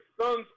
son's